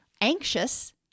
anxious